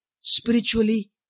Spiritually